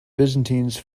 byzantines